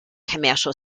commercial